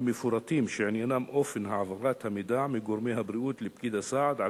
מפורטים שעניינם אופן העברת המידע מגורמי הבריאות לפקיד הסעד על